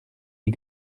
die